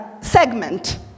segment